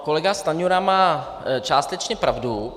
Kolega Stanjura má částečně pravdu.